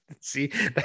see